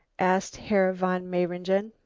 asked herr von mayringen.